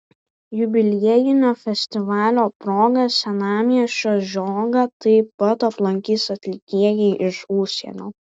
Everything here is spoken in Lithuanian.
jubiliejinio festivalio proga senamiesčio žiogą taip pat aplankys atlikėjai iš užsienio